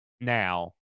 now